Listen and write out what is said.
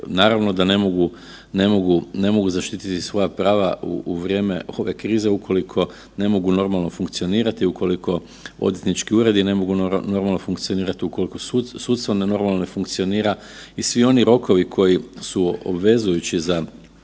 ne mogu, ne mogu zaštititi svoja prava u vrijeme ove krize ukoliko ne mogu normalno funkcionirati i ukoliko odvjetnički uredi ne mogu normalno funkcionirati, ukoliko sudstvo normalno ne funkcionira i svi oni rokovi koji su obvezujući za